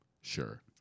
Sure